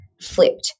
flipped